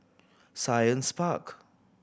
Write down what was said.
Science Park